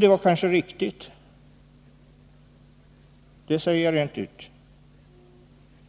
Det var kanske riktigt. Det säger jag rent ut.